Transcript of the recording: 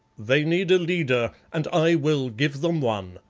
they need a leader, and i will give them one,